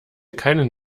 keinen